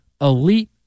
elite